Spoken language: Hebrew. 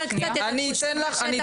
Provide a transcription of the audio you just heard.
קצת את תחושות השטח --- אני אתן לך,